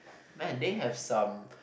man there have some